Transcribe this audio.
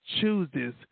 chooses